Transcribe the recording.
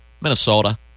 Minnesota